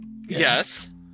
Yes